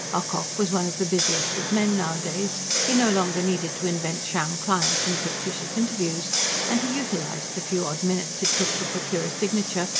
ocock was one of the busiest of men nowadays he no longer needed to invent sham clients and fictitious interviews and he utilised the few odd minutes it took to procure a signature,